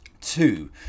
Two